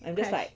crash